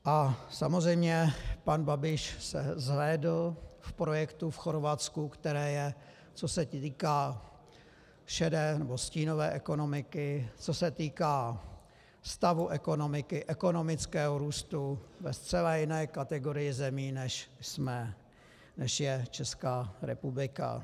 A samozřejmě pan Babiš se zhlédl v projektu v Chorvatsku, které je, co se týká šedé nebo stínové ekonomiky, co se týká stavu ekonomiky, ekonomického růstu, ve zcela jiné kategorii zemí, než je Česká republika.